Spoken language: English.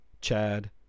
Chad